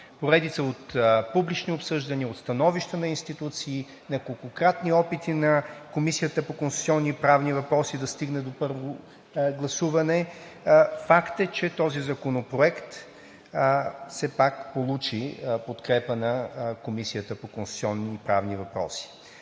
поредица от публични обсъждания, становища на институции, неколкократни опити на Комисията по конституционни и правни въпроси, за да се стигне до първото му гласуване. Факт е, че този законопроект все пак получи подкрепа от Комисията по конституционни и правни въпроси.